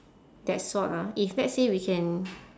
that sort ah if let's say we can